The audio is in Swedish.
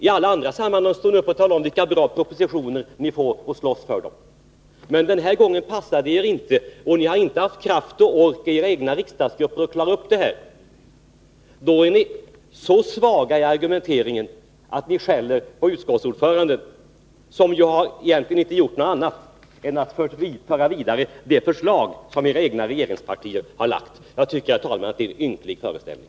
I alla andra sammanhang står ni upp och talar om vilka bra propositioner ni får, och dessa slåss ni för. Men den här gången passar det inte, och ni har inte haft kraft och ork att komma överens i era egna riksdagsgrupper. Ni är så svaga att ni nedlåter er till att skälla på utskottsordföranden, som egentligen inte gjort något annat än att föra vidare det förslag som era egna partier i regeringen har lagt fram. Jag tycker, herr talman, att det är en ynklig föreställning.